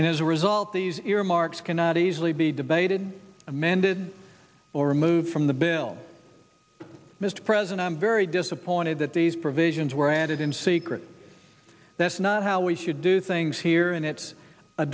and as a result these earmarks cannot easily be debated amended or removed from the bill mr president i'm very disappointed that these provisions were added in secret that's not how we should do things here and it's a